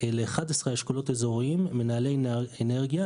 ל-11 אשכולות אזוריים מנהלי אנרגיה.